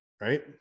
right